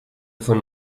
von